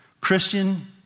Christian